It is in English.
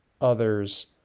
others